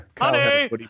Honey